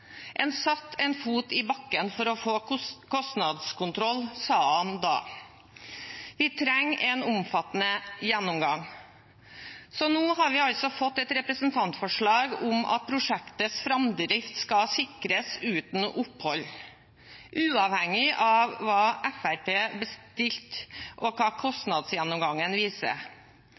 En satte en fot i bakken for å få kostnadskontroll, sa en da. Vi trenger en omfattende gjennomgang, så nå har vi altså fått et representantforslag om at prosjektets framdrift skal sikres uten opphold – uavhengig av hva Fremskrittspartiet bestilte, og hva kostnadsgjennomgangen viser